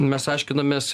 mes aiškinamės